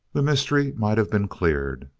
the mystery might have been cleared.